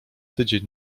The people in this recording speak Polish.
tydzień